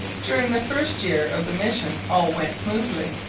during the first year of the mission all went smoothly.